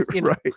Right